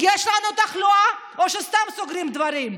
יש לנו תחלואה או שסתם סוגרים דברים?